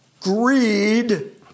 greed